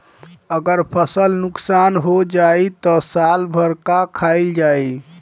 अगर फसल नुकसान हो जाई त साल भर का खाईल जाई